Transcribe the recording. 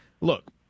look